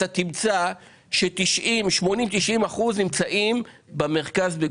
אתה תמצא ש-80%-90% נמצאים במרכז.